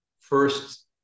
first